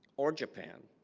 or japan